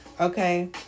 Okay